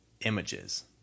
images